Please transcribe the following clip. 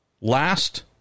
last